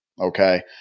okay